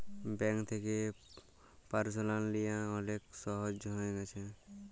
bank থ্যাকে personal লিয়া অলেক ছহজ হঁয়ে গ্যাছে